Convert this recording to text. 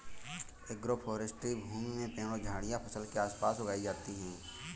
agroforestry भूमि में पेड़ और झाड़ियाँ फसल के आस पास उगाई जाते है